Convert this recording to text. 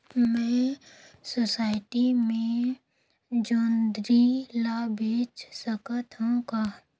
मैं सोसायटी मे जोंदरी ला बेच सकत हो का?